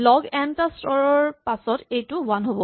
লগ n টা স্তৰৰ পাছত এই এইটো ৱান হ'ব